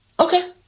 Okay